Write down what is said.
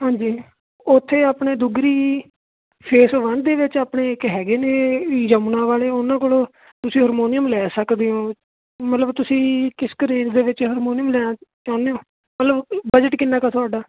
ਹਾਂਜੀ ਉੱਥੇ ਆਪਣੇ ਦੁਗਰੀ ਫੇਸ ਵਨ ਦੇ ਵਿੱਚ ਆਪਣੇ ਇੱਕ ਹੈਗੇ ਨੇ ਯਮੁਨਾ ਵਾਲੇ ਉਹਨਾਂ ਕੋਲੋਂ ਤੁਸੀਂ ਹਾਰਮੋਨੀਅਮ ਲੈ ਸਕਦੇ ਹੋ ਮਤਲਬ ਤੁਸੀਂ ਕਿਸ ਕ ਰੇਂਜ ਦੇ ਵਿੱਚ ਹਰਮੋਨੀਅਮ ਲੈਣਾ ਚਾਹੁੰਦੇ ਓ ਮਤਲਬ ਬਜਟ ਕਿੰਨਾ ਕੁ ਹੈ ਤੁਹਾਡਾ